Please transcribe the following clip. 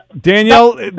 Danielle